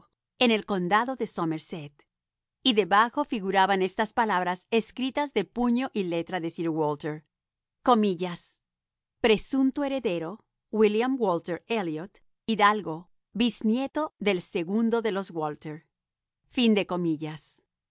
en el condado de somerset y debajo figuraban estas palabras escritas de puño y letra de sir walter presunto heredero william walter elliot hidalgo biznieto del segundo de los walter la vanidad lo